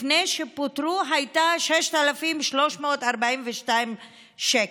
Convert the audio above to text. לפני שפוטרו, הייתה 6,342 שקלים,